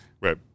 right